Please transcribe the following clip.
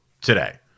today